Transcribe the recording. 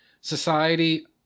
society